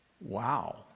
Wow